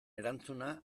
erantzuna